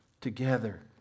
together